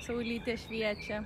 saulytė šviečia